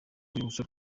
rwibutso